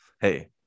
hey